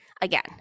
Again